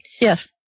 Yes